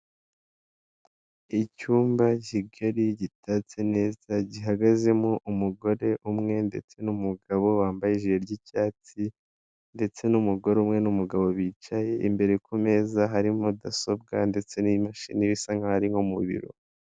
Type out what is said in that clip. Icyumba kigari gitatse neza gihagazemo umugore umwe ndetse n'umugabo wambaye ijiri ry'icyatsi, ndetse n'umugore umwe n'umugabo bicaye imbere kumeza hari mudasobwa ndetse n'imashini bisa nkaho ari nko mu biro.